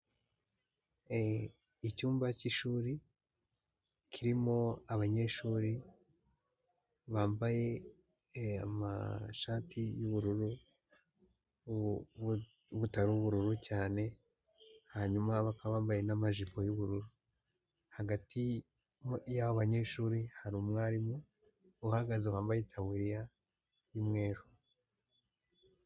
Icyumba cy'ishuri kirimo abanyeshuri bambaye amashati y'ubururu butari ubururu cyane, hanyuma bakaba bambaye n'amajipo y'ubururu, hagati y'abo banyeshuri hari umwarimu uhagaze wambaye itaburiya y'umweru.